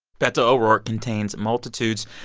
beto o'rourke contains multitudes.